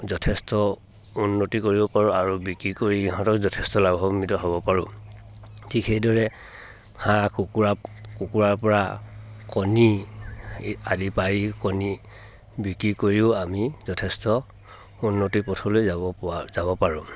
যথেষ্ট উন্নতি কৰিব পাৰোঁ আৰু বিক্ৰী কৰি ইহঁতক যথেষ্ট লাভান্বিত হ'ব পাৰোঁ ঠিক সেইদৰে হাঁহ কুকুৰাৰ পৰা কণী কণী বিক্ৰী কৰিও আমি যথেষ্ট উন্নতি পথলৈ যাব পাৰোঁ